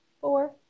Four